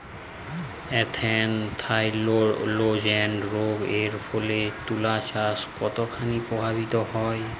Anthracnose রোগ এর ফলে তুলাচাষ কতখানি প্রভাবিত হয়?